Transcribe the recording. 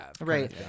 Right